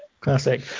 classic